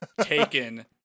taken